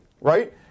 right